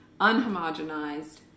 unhomogenized